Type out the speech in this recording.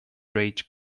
rage